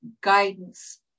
guidance